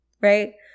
Right